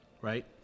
right